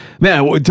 man